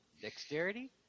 dexterity